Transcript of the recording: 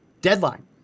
deadline